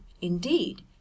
Indeed